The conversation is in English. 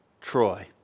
Troy